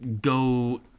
go